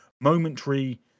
momentary